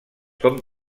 com